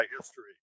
history